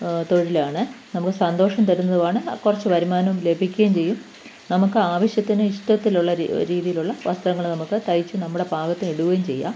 തൊഴിലാണ് നമുക്ക് സന്തോഷം തരുന്നതുമാണ് കുറച്ച് വരുമാനം ലഭിക്കുകയും ചെയ്യും നമുക്ക് ആവശ്യത്തിന് ഇഷ്ടത്തിലുള്ള രീതിയിലുള്ള വസ്ത്രങ്ങൾ നമുക്ക് തയ്ച്ച് നമ്മുടെ പാകത്തിന് ഇടുകയും ചെയ്യാം